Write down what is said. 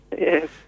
yes